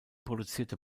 produzierte